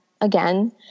again